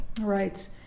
Right